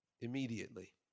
immediately